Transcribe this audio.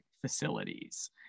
facilities